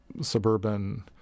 suburban